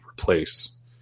replace